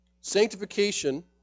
Sanctification